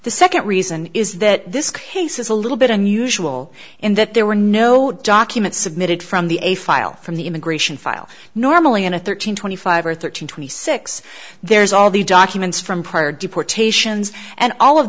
the second reason is that this case is a little bit unusual in that there were no documents submitted from the a file from the immigration file normally in a thirteen twenty five or thirteen twenty six there's all the documents from prior deportations and all of